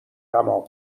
تمام